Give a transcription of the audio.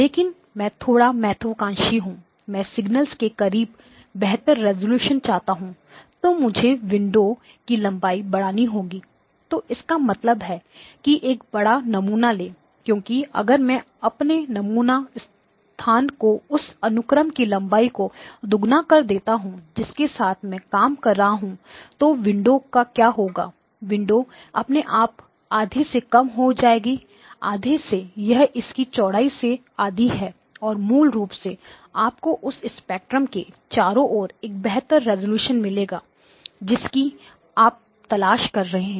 लेकिन मैं थोड़ा महत्वाकांक्षी हूं मैं सिगनल्स के करीब बेहतर रेजोल्यूशन चाहता हूं तो मुझे विंडो की लंबाई बढ़ानी होगी तो इसका मतलब है कि एक बड़ा नमूना लें क्योंकि अगर मैं अपने नमूना स्थान को उस अनुक्रम की लंबाई को दोगुना कर देता हूं जिसके साथ मैं काम कर रहा हूं तो विंडो का क्या होगा विंडो अपने आप आधे में कम हो जाएगी आधे से यह इसकी चौड़ाई से आधी है और मूल रूप से आपको उस स्पेक्ट्रम के चारों ओर एक बेहतर रेजोल्यूशन मिलेगा जिसकी आप तलाश कर रहे हैं